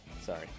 Sorry